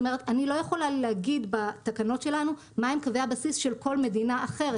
אני לא יכולה להגיד בתקנות שלנו מה הם קווי הבסיס של כל מדינה אחרת.